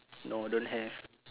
no don't have